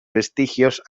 vestigios